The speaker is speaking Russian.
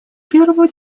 первого